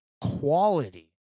quality